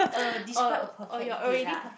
uh describe a perfect date ah